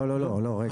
לא, רגע.